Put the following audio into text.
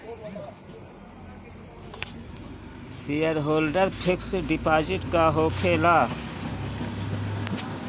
Shareholder fix deposit का होखे ला?